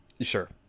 Sure